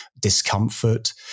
discomfort